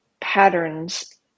patterns